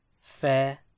fair